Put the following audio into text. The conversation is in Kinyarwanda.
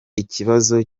ikibazo